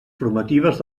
formatives